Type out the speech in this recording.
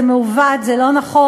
זה מעוות, זה לא נכון.